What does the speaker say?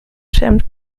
schwärmt